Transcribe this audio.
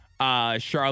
Charlotte